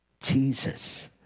Jesus